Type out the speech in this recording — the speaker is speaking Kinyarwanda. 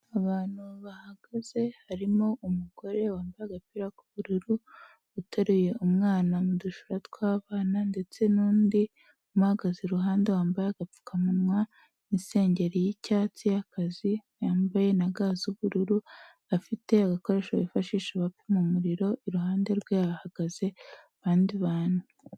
Abantu bahagaze, harimo umugore wambaye agapira k'ubururu, uteruye umwana mu dushura tw'abana ndetse n'undi umuhagaze iruhande wambaye agapfukamunwa n'isengeri y'icyatsi y'akazi, yambaye na ga z'ubururu, afite agakoresho bifashisha bapima umuriro, iruhande rwe hahagaze abandi bantu.